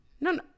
No